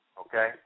Okay